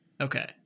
Okay